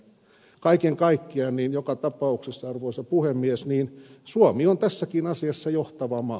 kaiken kaikkiaan joka tapauksessa arvoisa puhemies suomi on tässäkin asiassa johtava maa